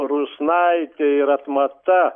rusnaitė yra atmata